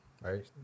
right